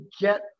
get